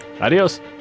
Adiós